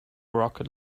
rocket